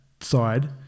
side